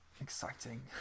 Exciting